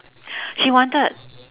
she wanted